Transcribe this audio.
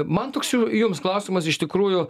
man toks jau jums klausimas iš tikrųjų